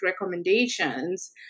recommendations